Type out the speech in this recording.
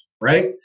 right